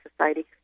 society